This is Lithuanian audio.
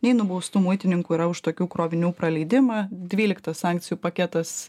nei nubaustų muitininkų yra už tokių krovinių praleidimą dvyliktas sankcijų paketas